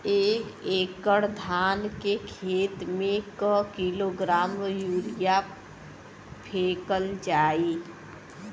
एक एकड़ धान के खेत में क किलोग्राम यूरिया फैकल जाई?